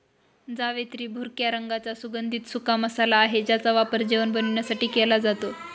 जावेत्री भुरक्या रंगाचा सुगंधित सुका मसाला आहे ज्याचा वापर जेवण बनवण्यासाठी केला जातो